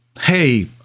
Hey